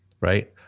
right